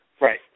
Right